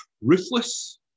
Ruthless